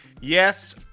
Yes